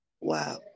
Wow